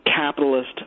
capitalist